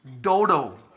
Dodo